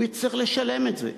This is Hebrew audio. הוא יצטרך לשלם את זה.